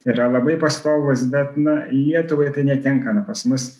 yra labai pastovūs bet na lietuvai tai netinkama pas mus